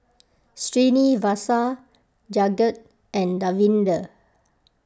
Srinivasa Jagat and Davinder